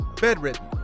Bedridden